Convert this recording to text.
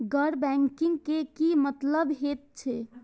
गैर बैंकिंग के की मतलब हे छे?